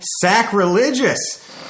sacrilegious